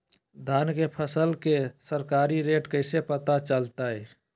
धान के फसल के सरकारी रेट कैसे पता चलताय?